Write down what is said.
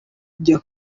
njya